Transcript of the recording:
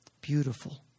Beautiful